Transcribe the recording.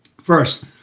First